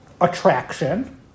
attraction